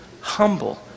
humble